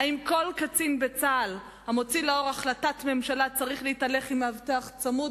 האם כל קצין בצה"ל המוציא לפועל החלטת ממשלה צריך להתהלך עם מאבטח צמוד,